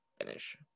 finish